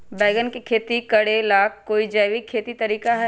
बैंगन के खेती भी करे ला का कोई जैविक तरीका है?